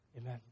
Amen